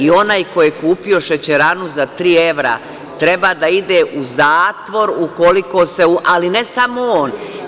Onaj ko je kupio šećeranu za tri evra treba da ide u zatvor ukoliko se… ali ne samo on.